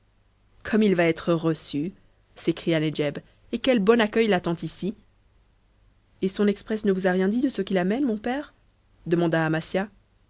comme il va être reçu s'écria nedjeb et quel bon accueil l'attend ici et son exprès ne vous a rien dit de ce qui l'amène mon père demanda amasia